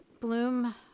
Bloom